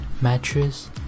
Mattress